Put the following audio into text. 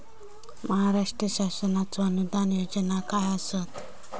महाराष्ट्र शासनाचो अनुदान योजना काय आसत?